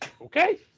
okay